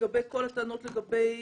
לגבי הטענות לגבי